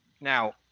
Now